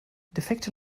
defekte